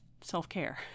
self-care